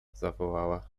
zawołała